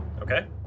Okay